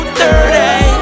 dirty